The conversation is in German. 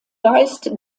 weist